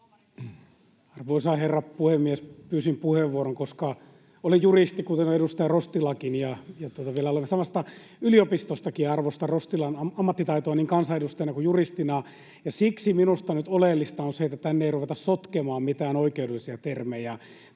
Arvoisa herra puhemies! Pyysin puheenvuoron, koska olen juristi kuten edustaja Rostilakin ja olemme vielä samasta yliopistostakin. Arvosta Rostilan ammattitaitoa niin kansanedustajana kuin juristina, ja siksi minusta nyt oleellista on se, että tänne ei ruveta sotkemaan mitään oikeudellisia termejä.